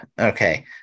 Okay